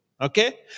Okay